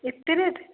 ଏତେ ରେଟ୍